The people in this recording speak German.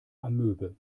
amöbe